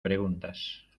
preguntas